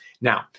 Now